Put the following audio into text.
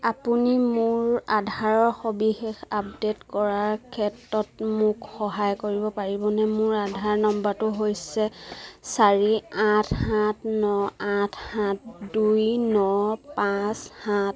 আপুনি মোৰ আধাৰৰ সবিশেষ আপডেট কৰাৰ ক্ষেত্ৰত মোক সহায় কৰিব পাৰিবনে মোৰ আধাৰ নাম্বাৰটো হৈছে চাৰি আঠ সাত ন আঠ সাত দুই ন পাঁচ সাত